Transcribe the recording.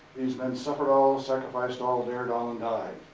these men suffered all, sacrificed all, dared all, and died.